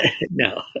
No